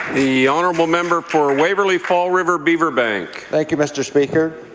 the honourable member for waverly fall river beaverbank. thank you, mr. speaker.